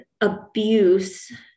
abuse